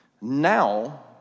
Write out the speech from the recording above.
Now